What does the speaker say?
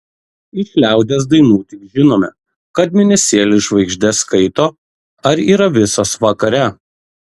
iš liaudies dainų tik žinome kad mėnesėlis žvaigždes skaito ar yra visos vakare